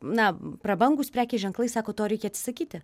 na prabangūs prekės ženklai sako to reikia atsisakyti